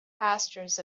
pastures